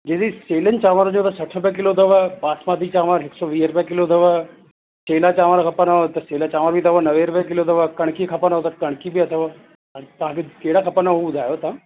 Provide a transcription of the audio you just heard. दीदी सेलनि चांवर जो त सठि रुपिया किलो अथव बासमती चांवर हिकु सौ वीह रुपिया किलो अथव सेला चांवर खपंदव त सेला चांवर बि अथव नवे रुपए किलो अथव कणकी खपंदव त कणकी बि अथव हाणे तव्हां खे कहिड़ा खपंदव हू ॿुधायो तव्हां